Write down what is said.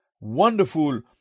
wonderful